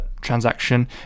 transaction